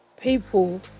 people